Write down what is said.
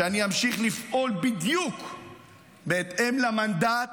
שאני אמשיך לפעול בדיוק בהתאם למנדט